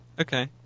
Okay